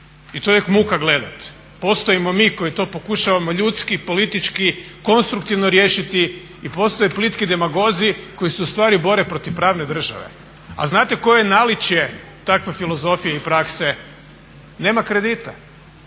i to je uvijek muka gledat. Postojimo mi koji to pokušavamo ljudski, politički, konstruktivno riješiti i postoje plitki demagozi koji se ustvari bore protiv pravne države, a znate koje je naličje takve filozofija i prakse? Nema kredita,